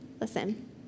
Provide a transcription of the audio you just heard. listen